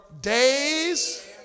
days